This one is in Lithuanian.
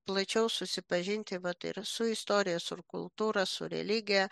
plačiau susipažinti vat ir su istorija su kultūra su religija